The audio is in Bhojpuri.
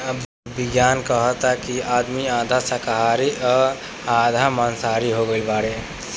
अब विज्ञान कहता कि आदमी आधा शाकाहारी आ आधा माँसाहारी हो गईल बाड़े